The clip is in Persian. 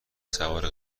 سوار